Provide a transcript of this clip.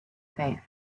faith